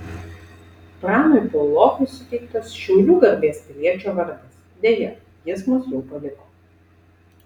pranui piaulokui suteiktas šiaulių garbės piliečio vardas deja jis mus jau paliko